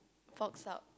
forks out